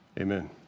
Amen